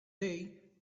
day